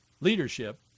leadership